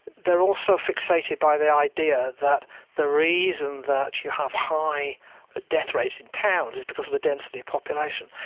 they are also fixated by the idea that the reason that you have high death rates in towns is because of the density of population.